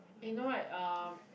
eh you know right um